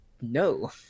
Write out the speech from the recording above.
no